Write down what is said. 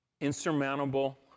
Insurmountable